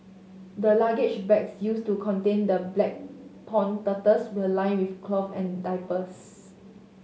the luggage bags used to contain the black pond turtles where lined with cloth and diapers